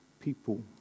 People